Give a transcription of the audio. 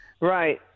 Right